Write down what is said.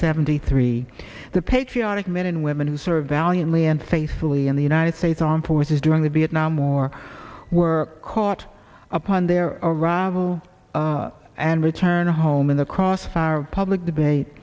seventy three the patriotic men and women who serve valiantly and faithfully in the united states armed forces during the vietnam war were caught upon their arrival and returned home in the crossfire of public debate